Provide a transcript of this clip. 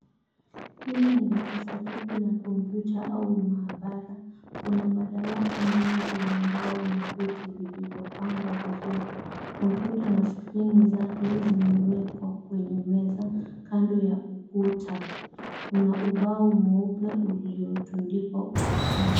Hili ni darasa tupu la kompyuta au maabara. Kuna madawati mengi ya mbao na viti vilivyopangwa vizuri. Kompyuta na skrini zake zimewekwa kwenye meza kando ya ukuta. Kuna ubao mweupe uliotundikwa ukutani.